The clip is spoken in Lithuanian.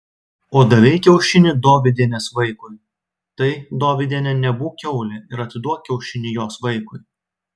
o davei kiaušinį dovydienės vaikui tai dovydiene nebūk kiaulė ir atiduok kiaušinį jos vaikui